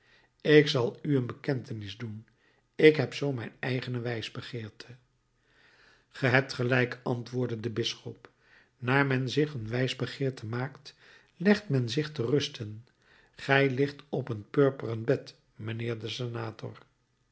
ik zal u een bekentenis doen ik heb zoo mijn eigene wijsbegeerte ge hebt gelijk antwoordde de bisschop naar men zich een wijsbegeerte maakt legt men zich te rusten gij ligt op een purperen bed mijnheer de senator